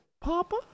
Papa